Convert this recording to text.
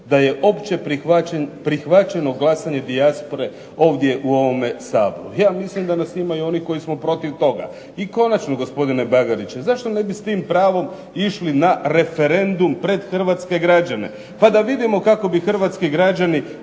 da je opće prihvaćeno glasanje dijaspore ovdje u ovome Saboru. Ja mislim da nas ima i onih koji smo protiv toga. I konačno gospodine Bagariću zašto ne bi s tim pravom išli na referendum pred hrvatske građane pa da vidimo kako bi hrvatski građani